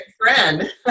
friend